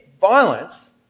violence